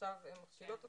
עכשיו הן מכשילות אותנו.